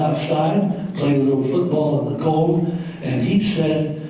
a little football in the cold and he said,